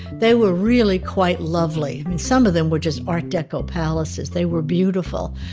they were really quite lovely. i mean, some of them were just art deco palaces. they were beautiful.